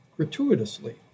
gratuitously